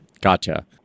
Gotcha